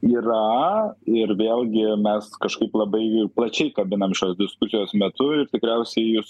yra ir vėlgi mes kažkaip labai plačiai kabinam šios diskusijos metu ir tikriausiai jūs